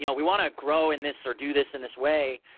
you know we want to grow in this or do this in this way,